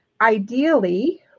Ideally